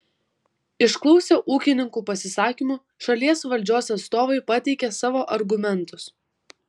išklausę ūkininkų pasisakymų šalies valdžios atstovai pateikė savo argumentus